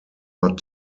not